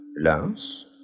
Lance